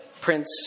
Prince